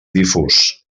difús